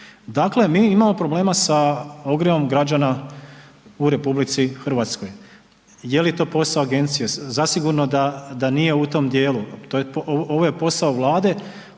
Dakle, mi imamo problema sa ogrjevom građana u RH. Je li to posao agencije? Zasigurno da nije u tom dijelu, ovo je posao Vlade,